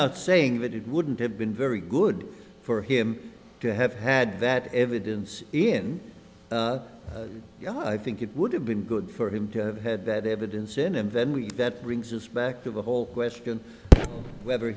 not saying that it wouldn't have been very good for him to have had that evidence in you know i think it would have been good for him to have had that evidence in and then we that brings us back to the whole question of whether